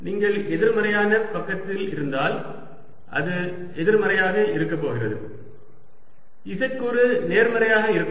நீங்கள் எதிர்மறையான பக்கத்தில் இருந்தால் அது எதிர்மறையாக இருக்கப் போகிறது z கூறு நேர்மறையாக இருக்கும்